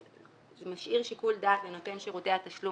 אבל במצב שאין שני נותני שירותי תשלום